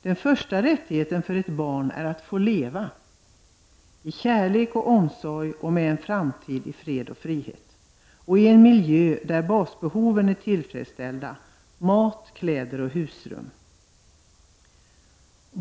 Den första rättigheten för ett barn är att få leva, i kärlek och omsorg och med en framtid i fred och frihet och i en miljö där basbehoven är tillfreds ställda: mat, kläder och husrum.